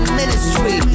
ministry